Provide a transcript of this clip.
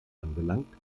anbelangt